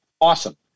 awesome